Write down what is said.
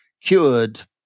cured